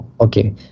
Okay